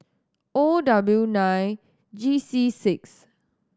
O W nine G C six